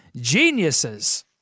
geniuses